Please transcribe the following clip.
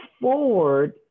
forward